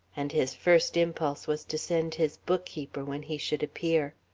and his first impulse was to send his bookkeeper, when he should appear.